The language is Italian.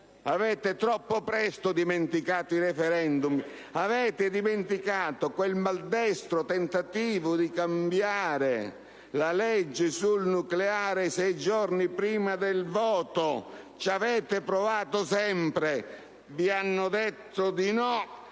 Avete troppo presto dimenticato i *referendum*; avete dimenticato quel maldestro tentativo di cambiare la legge sul nucleare sei giorni prima del voto. Ci avete provato sempre, vi hanno detto di no